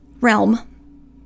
realm